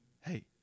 Hey